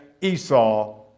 Esau